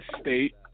state